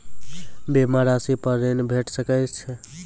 बीमा रासि पर ॠण भेट सकै ये?